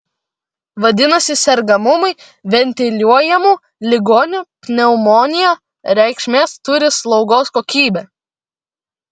vadinasi sergamumui ventiliuojamų ligonių pneumonija reikšmės turi slaugos kokybė